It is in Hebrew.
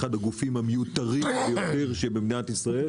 זהו אחד הגופים המיותרים ביותר במדינת ישראל,